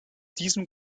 diesem